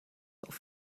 auf